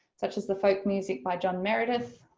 such as the folk music by john meredith.